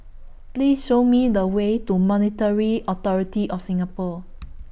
Please Show Me The Way to Monetary Authority of Singapore